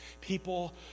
People